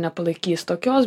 nepalaikys tokios